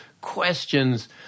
questions